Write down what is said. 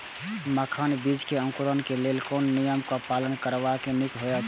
मखानक बीज़ क अंकुरन क लेल कोन नियम क पालन करब निक होयत अछि?